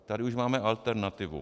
Tady už máme alternativu.